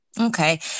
Okay